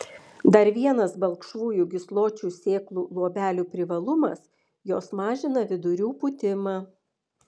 dar vienas balkšvųjų gysločių sėklų luobelių privalumas jos mažina vidurių pūtimą